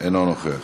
אינו נוכח.